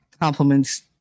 compliments